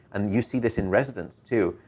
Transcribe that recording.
and you see this in residence, too,